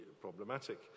problematic